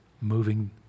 moving